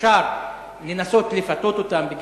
אפשר לנסות "לפתות" אותם,